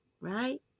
right